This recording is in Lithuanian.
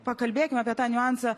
pakalbėkim apie tą niuansą